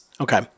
Okay